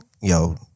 yo